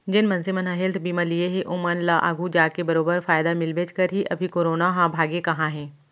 जेन मनसे मन हेल्थ बीमा लिये हें ओमन ल आघु जाके बरोबर फायदा मिलबेच करही, अभी करोना ह भागे कहॉं हे?